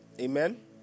amen